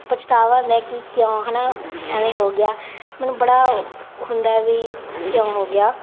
ਪਛਤਾਵਾ ਹੁੰਦਾ ਕਿ ਕਿਉਂ ਹੈ ਨਾ ਐਵੇਂ ਹੋ ਗਿਆ ਮੈਨੂੰ ਬੜਾ ਹੁੰਦਾ ਵੀ ਕਿਉਂ ਹੋ ਗਿਆ